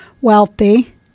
wealthy